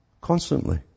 Constantly